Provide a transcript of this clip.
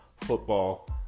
football